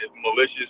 malicious